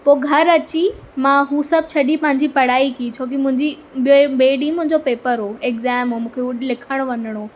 पोइ घर अची मां हू सभु छॾी पंहिंजी पढ़ाई की छोकी मुंहिंजी ॿिए ॿिए ॾींहं मुंहिंजो पेपर हुओ एक्ज़ाम मूंखे हू लिखण वञिणो हो